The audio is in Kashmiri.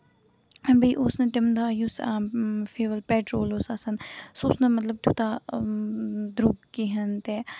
بیٚیہِ اوس نہٕ تَمہِ دۄہ یُس فِیول پیٹرول اوس آسان سُہ اوس نہٕ مطلب توٗتاہ درٛوٚگ کِہینۍ تہِ